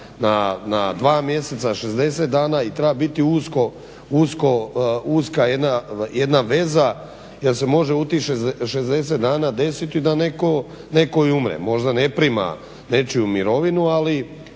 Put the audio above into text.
na dva mjeseca, 60 dana i treba biti uska jedna veza jer se može u tih 60 dana desiti da netko i umre. Možda ne prima nečiju mirovinu, ali